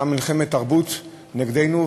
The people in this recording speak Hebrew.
הייתה מלחמת תרבות נגדנו,